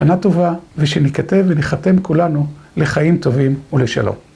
שנה טובה, ושניכתב וניחתם כולנו לחיים טובים ולשלום.